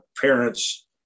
parents